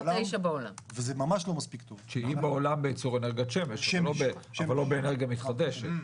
תשיעי בעולם בייצור אנרגיית שמש אבל לא באנרגיה מתחדשת.